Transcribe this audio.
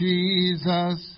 Jesus